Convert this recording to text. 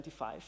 25